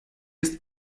ist